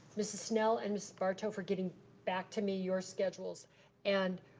mrs. snell and mrs. barto for getting back to me your schedules and